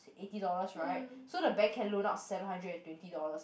eighty dollars right so the bank can loan out seven hundred and twenty dollars